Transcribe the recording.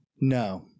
No